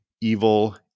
evil